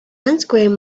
unscrewing